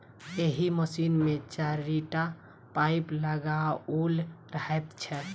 एहि मशीन मे चारिटा पाइप लगाओल रहैत छै